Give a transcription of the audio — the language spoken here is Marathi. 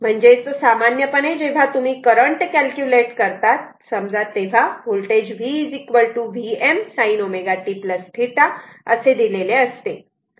म्हणजेच सामान्यपणे जेव्हा तुम्ही करंट कॅल्क्युलेट करतात समजा तेव्हा voltage v Vm sin ω t θ असे दिलेले असते